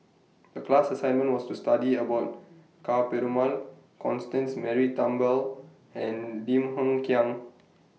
The class assignment was to study about Ka Perumal Constance Mary Turnbull and Lim Hng Kiang